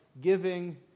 giving